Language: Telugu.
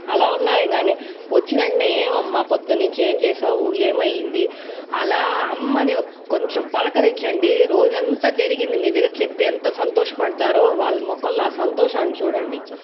అలా ఉన్నాయేగాని వచ్చిన వెంటనే ఏం అమ్మా పొద్దున్నుంచి ఏం చేసావు ఏమైంది అలా అమ్మను కొంచెం పలకరించండి రోజంతా జరిగింది మీ దగ్గర చెప్పి ఎంత సంతోష పడతారో వాళ్ళ ముఖంలో ఆ సంతోషాన్ని చూడండి